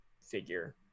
figure